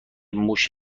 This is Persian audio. موش